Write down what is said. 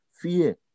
fear